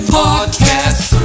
podcast